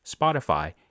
Spotify